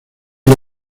los